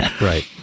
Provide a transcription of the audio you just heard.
Right